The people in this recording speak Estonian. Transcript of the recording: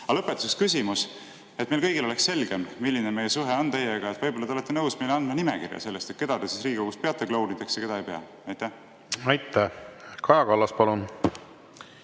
Aga lõpetuseks küsimus, et meil kõigil oleks selgem, milline on meie suhe teiega: võib-olla te olete nõus meile andma nimekirja sellest, keda te Riigikogus peate klounideks ja keda ei pea? Aitäh! Kaja Kallas, palun!